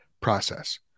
process